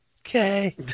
Okay